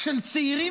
של צעירים